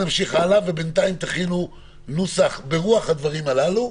שנמשיך, ובינתיים תכינו נוסח ברוח הדברים הללו.